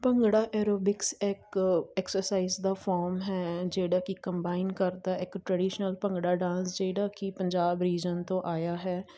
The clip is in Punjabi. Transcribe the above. ਭੰਗੜਾ ਐਰੋਬਿਕਸ ਇੱਕ ਐਕਸਰਸਾਈਜ਼ ਦਾ ਫੋਰਮ ਹੈ ਜਿਹੜਾ ਕਿ ਕੰਬਾਈਨ ਕਰਦਾ ਇੱਕ ਟਰਡੀਸ਼ਨਲ ਭੰਗੜਾ ਡਾਂਸ ਜਿਹੜਾ ਕਿ ਪੰਜਾਬ ਰੀਜ਼ਨ ਤੋਂ ਆਇਆ ਹੈ